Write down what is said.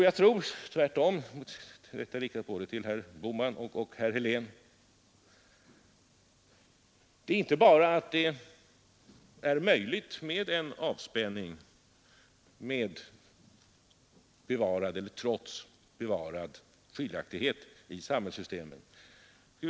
Jag tror tvärtom, herr Bohman och herr Helén. Det är inte bara möjligt med en avspänning trots bevarad skiljaktighet i samhällssystemen.